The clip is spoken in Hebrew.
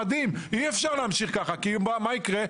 אי אפשר להמשיך ככה כי מה יקרה?